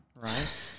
right